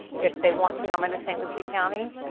if they want to come into st. lucie county,